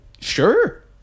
sure